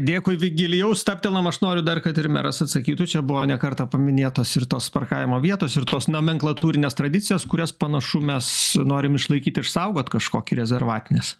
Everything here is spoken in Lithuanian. dėkui vigilijau stabtelam aš noriu dar kad ir meras atsakytų čia buvo ne kartą paminėtos ir tos parkavimo vietos ir tos nomenklatūrinės tradicijos kurias panašu mes norim išlaikyt išsaugot kažkokį rezervatines